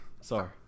Sorry